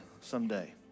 someday